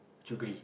sugary